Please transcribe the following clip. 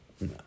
No